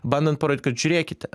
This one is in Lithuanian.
bandan parodyt kad žiūrėkite